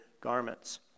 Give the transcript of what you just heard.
garments